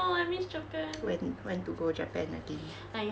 when when to go japan again